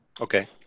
Okay